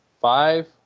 Five